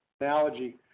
analogy